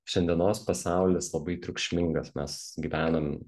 šiandienos pasaulis labai triukšmingas mes gyvenam